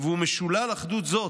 והוא משולל אחדות זאת,